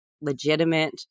legitimate